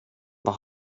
vad